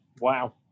Wow